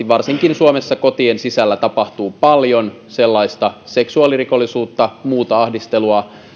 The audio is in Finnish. varsinkin suomessa kotien sisällä tapahtuu paljon sellaista seksuaalirikollisuutta muuta ahdistelua